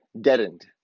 deadened